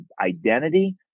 identity